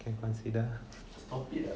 can consider